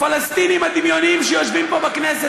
הפלסטינים הדמיוניים שיושבים פה בכנסת.